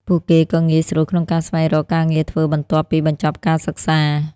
ពួកគេក៏ងាយស្រួលក្នុងការស្វែងរកការងារធ្វើបន្ទាប់ពីបញ្ចប់ការសិក្សា។